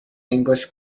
english